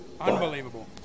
Unbelievable